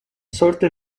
sorte